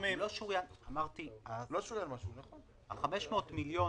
ה- 500 מיליון